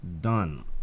done